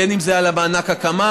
בין אם זה על מענק הקמה,